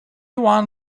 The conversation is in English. one